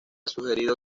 sugerido